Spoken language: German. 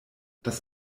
das